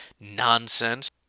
nonsense